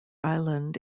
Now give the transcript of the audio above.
island